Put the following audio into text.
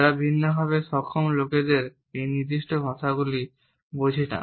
যারা ভিন্নভাবে সক্ষম লোকদের জন্য এই নির্দিষ্ট ভাষাগুলি বোঝে না